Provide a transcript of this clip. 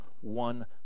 one